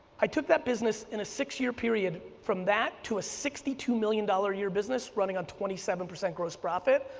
i took that business in a six year period from that to a sixty two million dollars a year business running on twenty seven percent gross profit,